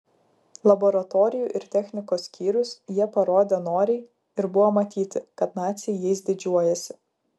laboratorijų ir technikos skyrius jie parodė noriai ir buvo matyti kad naciai jais didžiuojasi